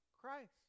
Christ